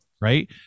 right